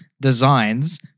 designs